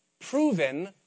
proven